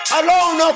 alone